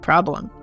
problem